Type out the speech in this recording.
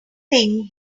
thing